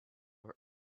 and